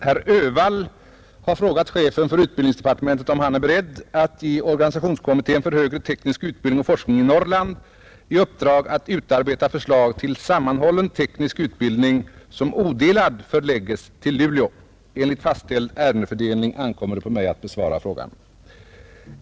Herr talman! Herr Öhvall har frågat chefen för utbildningsdepartementet om han är beredd att ge organisationskommittén för högre teknisk utbildning och forskning i Norrland i uppdrag att utarbeta förslag till sammanhållen teknisk utbildning, som odelad förlägges till Luleå. Enligt fastställd ärendefördelning ankommer det på mig att besvara frågan.